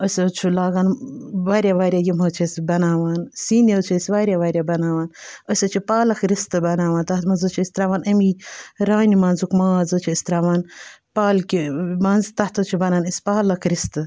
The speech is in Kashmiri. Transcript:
أسۍ حظ چھُ لاگان واریاہ واریاہ یِم حظ چھِ أسۍ بَناوان سِنۍ حظ چھِ أسۍ واریاہ واریاہ بَناوان أسۍ حظ چھِ پالک رِستہٕ بَناوان تَتھ منٛز حظ چھِ أسۍ ترٛاوان أمی رانہِ منٛزُک ماز حظ چھِ أسۍ ترٛاوان پالکہِ تَتھ حظ چھِ بَنن اَسہِ پالک رِستہٕ